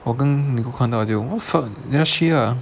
我跟 nicole 看到就 what the fuck just 去 lah